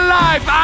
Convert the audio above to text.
life